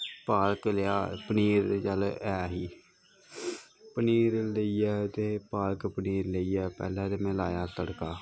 पालक लेआ पनीर चल ऐ ही पनीर लेइयै ते पालक पनीर लेइयै पैह्लें ते में लाया तड़का